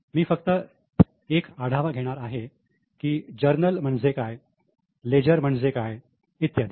मी फक्त एक आढावा घेणार आहे की जर्नल म्हणजे काय लेजर म्हणजे काय इत्यादी